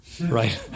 right